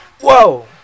Whoa